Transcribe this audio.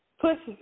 pushes